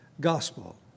gospel